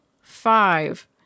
five